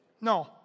No